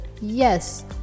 yes